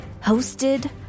hosted